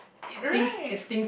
right